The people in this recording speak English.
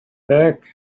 back